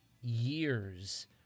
years